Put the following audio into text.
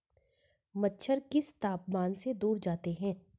मच्छर किस तापमान से दूर जाते हैं?